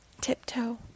Tiptoe